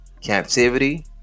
captivity